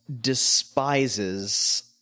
despises